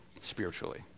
spiritually